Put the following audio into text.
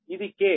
ఇది k